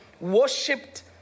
worshipped